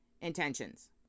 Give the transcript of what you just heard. intentions